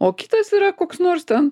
o kitas yra koks nors ten